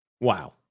Wow